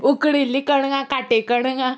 उकडिल्ली कणगां काटे कणगां